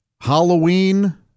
Halloween